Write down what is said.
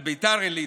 על ביתר עילית,